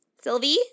Sylvie